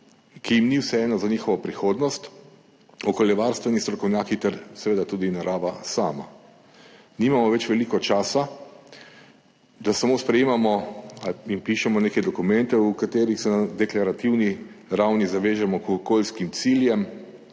ki jim ni vseeno za njihovo prihodnost, okoljevarstveni strokovnjaki ter seveda tudi narava sama. Nimamo več veliko časa, da samo sprejemamo in pišemo neke dokumente, s katerimi se na deklarativni ravni zavežemo k okoljskim ciljem.